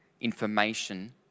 information